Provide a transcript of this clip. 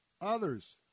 others